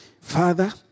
Father